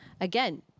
Again